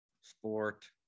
sport